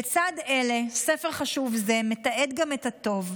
לצד אלה, ספר חשוב זה מתעד גם את הטוב: